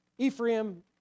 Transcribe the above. Ephraim